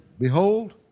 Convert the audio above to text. Behold